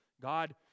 God